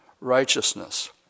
righteousness